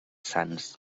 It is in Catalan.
sants